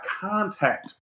contact